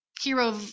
hero